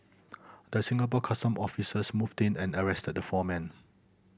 the Singapore Customs officers moved in and arrested the four men